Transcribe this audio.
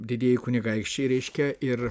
didieji kunigaikščiai reiškia ir